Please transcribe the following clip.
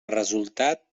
resultat